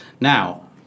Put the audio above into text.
Now